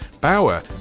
Bauer